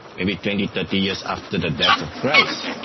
maybe twenty, thirty years after the death of christ.